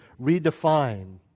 redefine